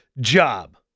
job